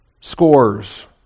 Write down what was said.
scores